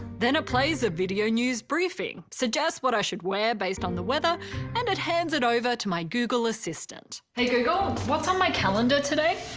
then it plays a video news briefing, suggests what i should wear based on the weather and then hands it over to my google assistant. hey google, what's on my calendar today?